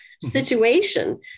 situation